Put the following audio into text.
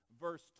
verse